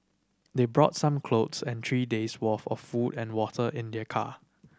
they brought some clothes and three days' worth of food and water in their car